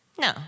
no